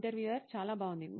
interviewer చాలా బాగుంది